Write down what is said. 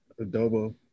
adobo